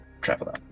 traveler